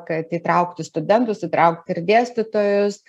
kad įtraukti studentus įtraukt ir dėstytojus